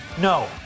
No